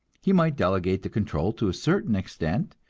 he might delegate the control to a certain extent,